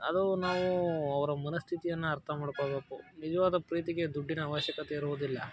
ಅದು ನಾವು ಅವರ ಮನಸ್ಥಿತಿಯನ್ನು ಅರ್ಥ ಮಾಡ್ಕೊಬೇಕು ನಿಜವಾದ ಪ್ರೀತಿಗೆ ದುಡ್ಡಿನ ಅವಶ್ಯಕತೆ ಇರುವುದಿಲ್ಲ